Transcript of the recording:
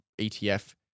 ETF